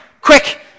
Quick